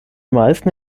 meisten